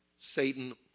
Satan